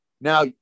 now